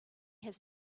his